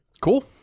Cool